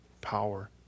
power